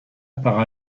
par